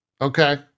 okay